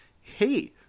Hey